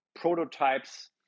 prototypes